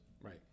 Right